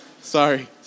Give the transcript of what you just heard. Sorry